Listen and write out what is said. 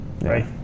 right